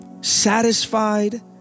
satisfied